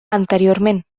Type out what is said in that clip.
anteriorment